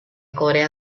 corea